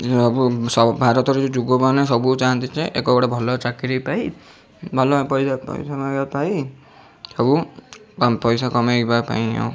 ସବୁ ଭାରତର ଯୁବକମାନେ ସବୁ ଚାହାଁନ୍ତି ଯେ ଏକ ଗୋଟେ ଭଲ ଚାକିରୀ ପାଇ ଭଲ ପଇସା ପାଇ ସବୁ ପଇସା କମାଇବା ପାଇଁ ଆଉ